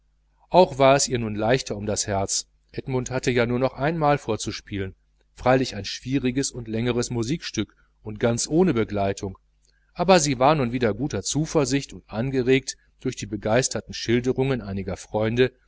auch war es ihr nun leichter um das herz edmund hatte ja nur noch einmal vorzuspielen freilich ein schwieriges und längeres musikstück und ganz ohne begleitung aber sie war nun wieder guter zuversicht und angeregt durch die begeisterten schilderungen einiger freunde